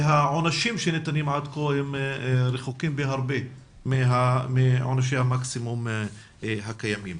שהעונשים שניתנים עד כה הם רחוקים בהרבה מעונשי המקסימום הקיימים.